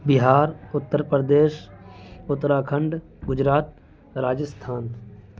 Bihar Uttar Pradesh Uttarakhand Gujarat Rajasthan